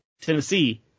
Tennessee